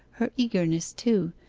her eagerness, too,